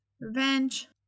Revenge